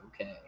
okay